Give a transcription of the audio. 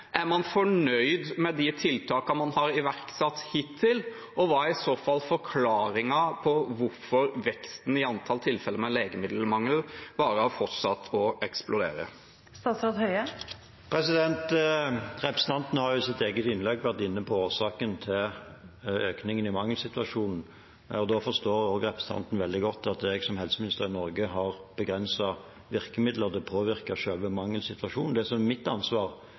man har iverksatt hittil, og hva er i så fall forklaringen på at veksten i tilfeller med legemiddelmangel bare har fortsatt å eksplodere? Representanten var i sitt eget innlegg inne på årsaken til økningen i mangelsituasjonen, og da forstår også representanten veldig godt at jeg som helseminister i Norge har begrensede virkemidler til å påvirke selve mangelsituasjonen. Det som er mitt ansvar,